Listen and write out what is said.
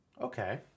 Okay